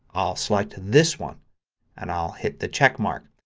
i'll select this one and i'll hit the checkmark.